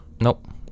Nope